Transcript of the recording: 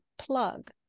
plug